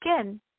Again